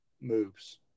moves